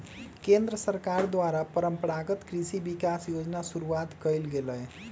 केंद्र सरकार द्वारा परंपरागत कृषि विकास योजना शुरूआत कइल गेलय